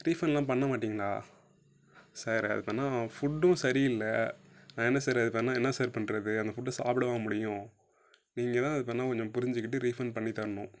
ரீஃபண்டெலாம் பண்ண மாட்டீங்களா சார் அது பண்ணிணா ஃபுட்டும் சரியில்லை என்ன சார் இது பண்ணிணா என்ன சார் பண்ணுறது அந்த ஃபுட்டு சாப்பிடவா முடியும் நீங்கள்தான் அது பேரென்னா கொஞ்சம் புரிஞ்சுக்கிட்டு ரீஃபண்ட் பண்ணி தரணும்